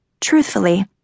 truthfully